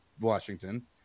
Washington